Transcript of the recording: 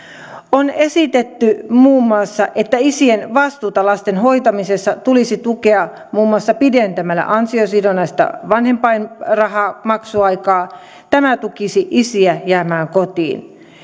on esitetty muun muassa että isien vastuuta lasten hoitamisessa tulisi tukea muun muassa pidentämällä ansiosidonnaisen vanhempainrahan maksuaikaa tämä tukisi isiä jäämään kotiin